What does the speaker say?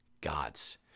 God's